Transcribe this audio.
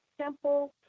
simple